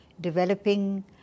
developing